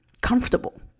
comfortable